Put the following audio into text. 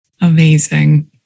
Amazing